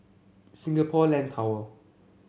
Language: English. Singapore Land Tower